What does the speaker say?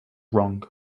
wrong